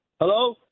Hello